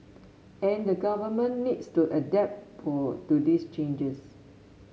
and the Government needs to adapt to these changes